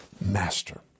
master